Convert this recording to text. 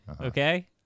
okay